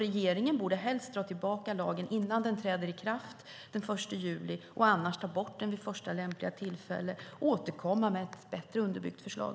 Regeringen borde helst dra tillbaka lagen innan den träder i kraft den 1 juli och annars ta bort den vid första lämpliga tillfälle och återkomma med ett bättre underbyggt förslag.